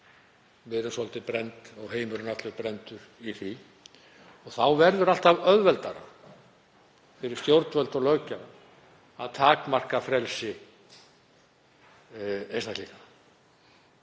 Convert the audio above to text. Við erum svolítið brennd og heimurinn allur af því. Þá verður alltaf auðveldara fyrir stjórnvöld og löggjafann að takmarka frelsi einstaklinga,